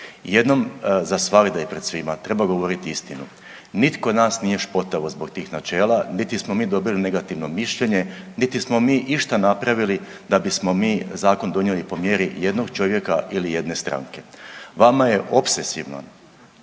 Jednom za svagda i pred svima treba govoriti istinu. Nitko nas nije špotao zbog tih načela niti smo mi dobili negativno mišljenje, niti smo mi išta napravili da bismo mi zakon donijeli po mjeri jednog čovjeka ili jedne stranke. Vama je opsesivno